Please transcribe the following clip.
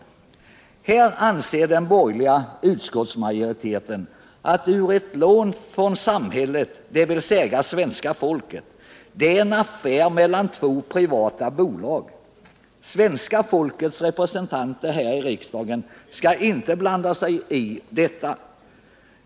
Här anser den borgerliga utskottsmajoriteten att ett lån från samhället, dvs. svenska folket, är en affär mellan två privata bolag och att svenska folkets valda representanter här i riksdagen inte skall blanda sig i detta.